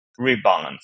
rebalance